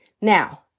Now